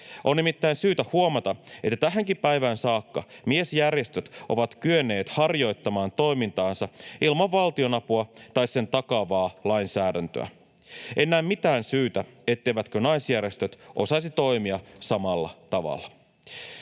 On nimittäin syytä huomata, että tähänkin päivään saakka miesjärjestöt ovat kyenneet harjoittamaan toimintaansa ilman valtionapua tai sen takaavaa lainsäädäntöä. En näe mitään syytä, etteivätkö naisjärjestöt osaisi toimia samalla tavalla.